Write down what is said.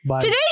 Today